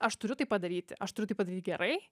aš turiu tai padaryti aš turiu tai padaryt gerai